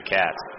cats